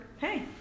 hey